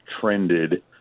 trended